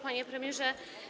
Panie Premierze!